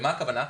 למה הכוונה?